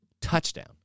touchdown